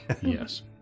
Yes